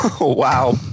Wow